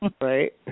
Right